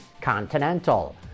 Continental